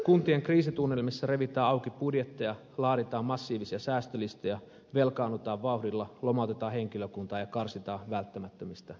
kuntien kriisitunnelmissa revitään auki budjetteja laaditaan massiivisia säästölistoja velkaannutaan vauhdilla lomautetaan henkilökuntaa ja karsitaan välttämättömistä palveluista